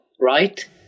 right